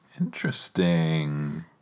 Interesting